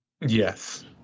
Yes